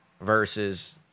versus